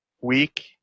week